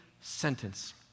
sentence